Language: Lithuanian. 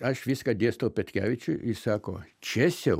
aš viską dėstau petkevičiui jis sako česiau